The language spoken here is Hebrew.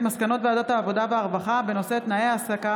מסקנות ועדת העבודה והרווחה בעקבות דיון מהיר בהצעתם